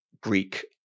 Greek